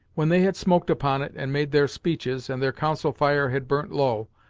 when they had smoked upon it, and made their speeches, and their council fire had burnt low,